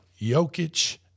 Jokic